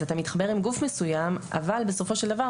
אז אתה מתחבר עם גוף מסוים אבל בסופו של דבר,